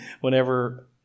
whenever